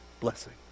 blessing